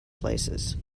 places